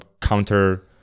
counter